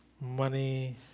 money